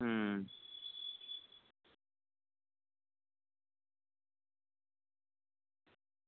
अं